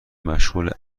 مشغول